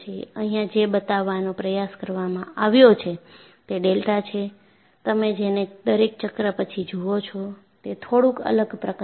અહીંયા જે બતાવવાનો પ્રયાસ કરવામાં આવ્યો છે તે ડેલ્ટા છે તમે જેને દરેક ચક્ર પછી જુઓ છો તે થોડું અલગ પ્રકારનું છે